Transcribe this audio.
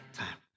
time